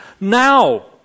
now